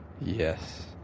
Yes